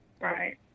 Right